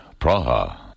Praha